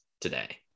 today